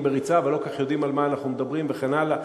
בריצה ולא כל כך יודעים על מה אנחנו מדברים וכן הלאה,